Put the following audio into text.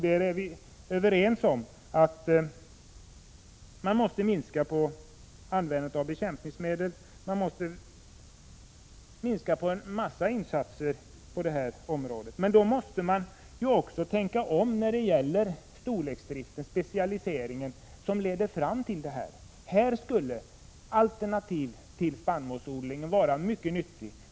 Vi är överens om att man måste minska användningen av bekämpningsmedel, man måste minska mängden insatser på detta område, men då måste man också tänka om när det gäller stordrift och specialisering, som även de har konsekvenser för miljön. Här skulle alternativ till spannmålsodlingen vara nyttiga.